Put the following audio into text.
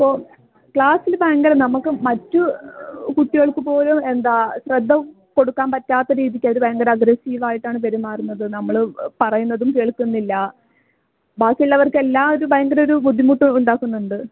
ഇപ്പം ക്ലാസ്സിൽ ഭയങ്കര നമുക്ക് മറ്റു കുട്ടികൾക്ക് പോലും എന്താ ശ്രദ്ധ കൊടുക്കാൻ പറ്റാത്ത രീതിക്ക് അവർ ഭയങ്കര അഗ്രസീവായിട്ടാണ് പെരുമാറുന്നത് നമ്മൾ പറയുന്നതും കേൾക്കുന്നില്ല ബാക്കിയുള്ളവർക്കെല്ലാം ഒരു ഭയങ്കരൊരു ബുദ്ധിമുട്ടുണ്ടാക്കുന്നുണ്ട്